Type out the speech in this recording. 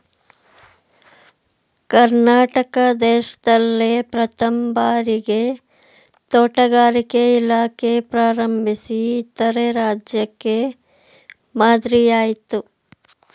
ಕರ್ನಾಟಕ ದೇಶ್ದಲ್ಲೇ ಪ್ರಥಮ್ ಭಾರಿಗೆ ತೋಟಗಾರಿಕೆ ಇಲಾಖೆ ಪ್ರಾರಂಭಿಸಿ ಇತರೆ ರಾಜ್ಯಕ್ಕೆ ಮಾದ್ರಿಯಾಯ್ತು